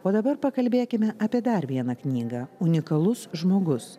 o dabar pakalbėkime apie dar vieną knygą unikalus žmogus